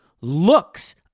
looks